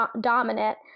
dominant